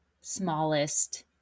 smallest